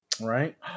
right